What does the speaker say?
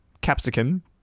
capsicum